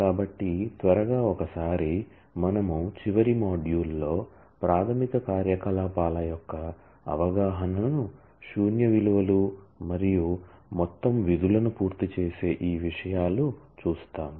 కాబట్టి త్వరగా ఒకసారి మనము చివరి మాడ్యూల్లో ప్రాథమిక కార్యకలాపాల యొక్క అవగాహనను శూన్య విలువలు మరియు మొత్తం విధులను పూర్తిచేసే ఈ విషయాలు చూస్తాం